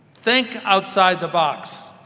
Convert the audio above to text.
think outside the box.